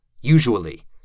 Usually